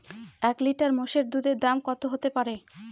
এক লিটার মোষের দুধের দাম কত হতেপারে?